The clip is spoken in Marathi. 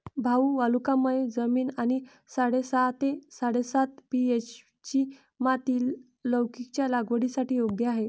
भाऊ वालुकामय जमीन आणि साडेसहा ते साडेसात पी.एच.ची माती लौकीच्या लागवडीसाठी योग्य आहे